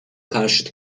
karşıt